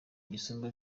gisumba